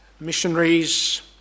Missionaries